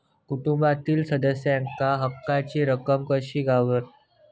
कुटुंबातील सदस्यांका हक्काची रक्कम कशी गावात?